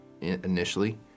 initially